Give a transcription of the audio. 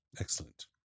Excellent